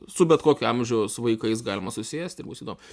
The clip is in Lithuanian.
su bet kokio amžiaus vaikais galima susėst ir bus įdomu